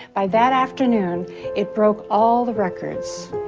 by that afternoon it broke all the records.